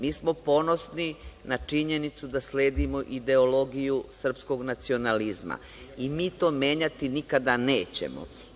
Mi smo ponosni na činjenicu da sledimo ideologiju srpskog nacionalizma i mi to menjati nikada nećemo.